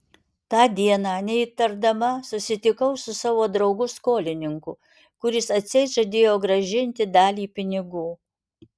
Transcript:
tą dieną neįtardama susitikau su savo draugu skolininku kuris atseit žadėjo grąžinti dalį pinigų